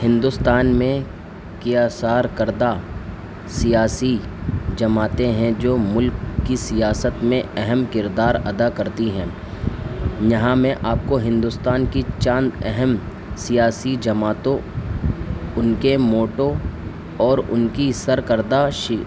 ہندوستان میں کی اثر کردہ سیاسی جماعتیں ہیں جو ملک کی سیاست میں اہم کردار ادا کرتی ہیں یہاں میں آپ کو ہندوستان کی چند اہم سیاسی جماعتوں ان کے موٹو اور ان کی سرکردہ شی